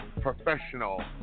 professional